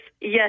yes